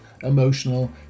emotional